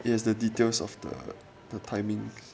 it has the details of the the timing